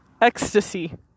Ecstasy